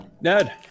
Ned